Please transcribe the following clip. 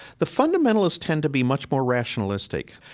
the fundamentalists tend to be much more rationalistic.